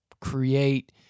create